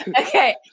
Okay